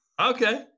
Okay